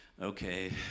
okay